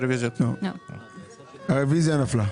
הצבעה הרוויזיה נדחתה הרוויזיה נפלה.